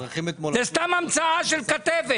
זה סתם המצאה של כתבת.